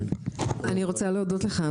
אני רוצה להודות לך,